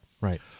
right